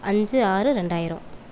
அஞ்சு ஆறு ரெண்டாயிரோம்